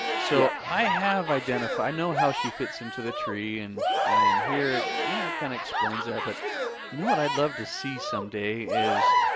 so i have identified, i know how she fits into the tree and and here it, yeah it kind of explains that. but you know what i'd love to see someday is